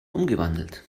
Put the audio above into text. umgewandelt